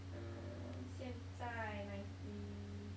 uh 现在 ninety